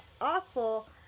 awful